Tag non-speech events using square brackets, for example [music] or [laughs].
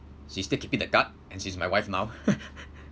she still keeping the card and she's my wife now [laughs]